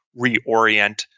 reorient